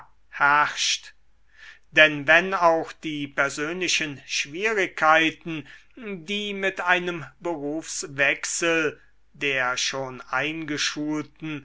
herrscht denn wenn auch die persönlichen schwierigkeiten die mit einem berufswechsel der schon eingeschulten